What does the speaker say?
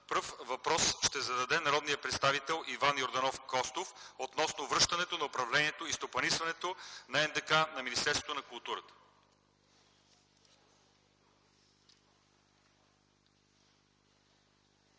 Пръв ще зададе въпрос народният представител Иван Йорданов Костов относно връщането на управлението и стопанисването на НДК на Министерството на културата.